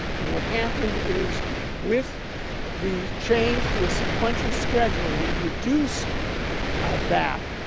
and what happened is with the change to a sequential schedule, we reduced vapp,